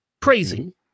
crazy